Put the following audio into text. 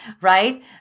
right